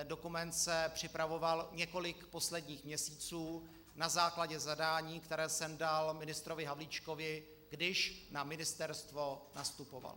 Dokument se připravoval několik posledních měsíců na základě zadání, které jsem dal ministru Havlíčkovi, když na ministerstvo nastupoval.